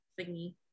thingy